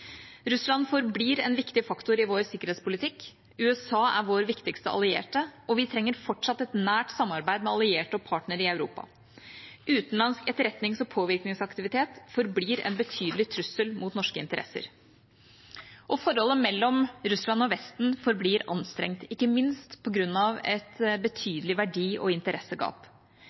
Russland forblir en viktig faktor i vår sikkerhetspolitikk, USA er vår viktigste allierte, og vi trenger fortsatt et nært samarbeid med allierte og partnere i Europa. Utenlandsk etterretnings- og påvirkningsaktivitet forblir en betydelig trussel mot norske interesser. Forholdet mellom Russland og Vesten forblir anstrengt, ikke minst på grunn av et betydelig verdi- og interessegap.